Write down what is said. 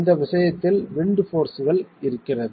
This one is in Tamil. இந்த விஷயத்தில் விண்ட் போர்ஸ்கள் இருக்கிறது